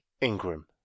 Ingram